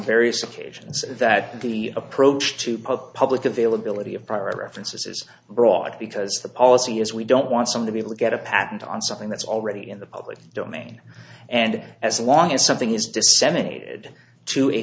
various occasions that the approach to public public availability of private references broad because the policy is we don't want some to be able to get a patent on something that's already in the public domain and as long as something is disseminated to a